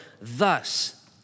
thus